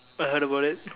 I heard about it